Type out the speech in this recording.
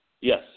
Yes